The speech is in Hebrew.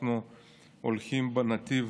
שאנחנו הולכים בנתיב